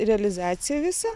realizacija visą